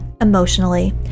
emotionally